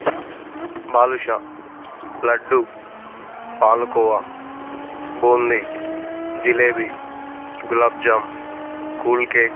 badusha laddu palkova boondi jalebi gulab jam cool cake